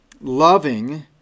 loving